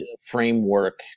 framework